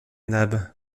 nab